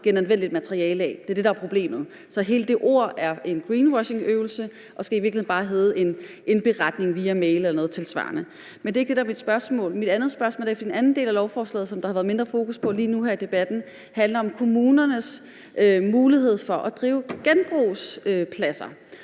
genanvendeligt materiale af. Det er det, der er problemet. Så brugen af det ord er en greenwashingøvelse, og det skal i virkeligheden bare hedde en indberetning via e-mail eller noget tilsvarende. Men det er ikke det, der er mit spørgsmål. Mit spørgsmål går på den anden del af lovforslaget, som der har været mindre fokus på lige nu her i debatten, og som handler om kommunernes mulighed for at drive genbrugspladser.